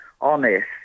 honest